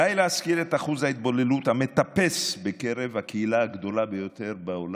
די להזכיר את שיעור ההתבוללות המטפס בקרב הקהילה הגדולה ביותר בעולם,